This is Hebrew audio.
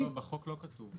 לא, בחוק לא כתוב.